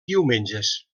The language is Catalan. diumenges